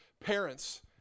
parents